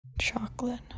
chocolate